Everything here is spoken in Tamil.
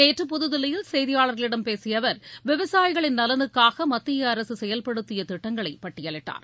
நேற்று புதுதில்லியில் செய்தியாளர்களிடம் பேசிய அவர் விவசாயிகளின் நலனுக்காக மத்திய அரசு செயல்படுத்திய திட்டங்களை பட்டியலிட்டார்